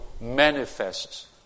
manifests